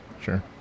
sure